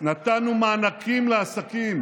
נתנו מענקים לעסקים